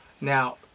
Now